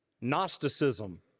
Gnosticism